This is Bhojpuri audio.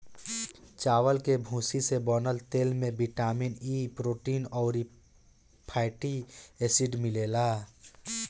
चावल के भूसी से बनल तेल में बिटामिन इ, प्रोटीन अउरी फैटी एसिड मिलेला